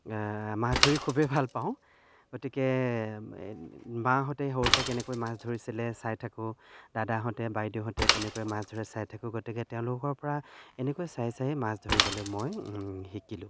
মাছ ধৰি খুবেই ভাল পাওঁ গতিকে মাহঁতে সৰুতে কেনেকৈ মাছ ধৰিছিল চাই থাকোঁ দাদাহঁতে বাইদেউহঁতে কেনেকৈ মাছ ধৰে চাই থাকোঁ গতিকে তেওঁলোকৰ পৰা এনেকৈ চাই চায়েই মাছ ধৰিবলৈ মই শিকিলোঁ